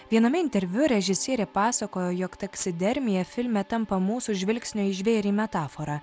viename interviu režisierė pasakojo jog taksidermija filme tampa mūsų žvilgsnio į žvėrį metafora